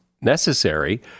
necessary